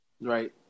Right